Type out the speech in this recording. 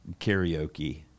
karaoke